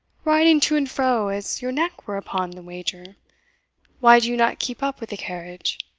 riding to and fro as your neck were upon the wager why do you not keep up with the carriage?